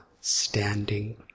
standing